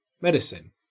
medicine